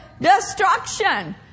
destruction